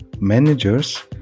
managers